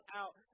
out